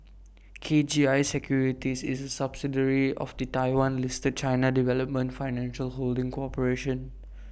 K G I securities is A subsidiary of the Taiwan listed China development financial holding corporation